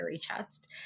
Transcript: chest